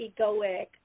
egoic